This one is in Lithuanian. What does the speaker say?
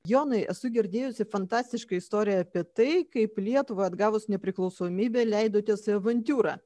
jonai esu girdėjusi fantastišką istoriją apie tai kaip lietuvai atgavus nepriklausomybę leidotės į avantiūrą